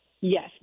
Yes